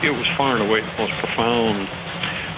it was far and away the most profound